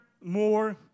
more